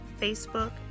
Facebook